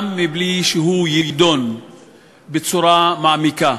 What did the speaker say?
גם בלי שהוא יידון בצורה מעמיקה,